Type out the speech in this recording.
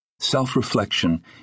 Self-reflection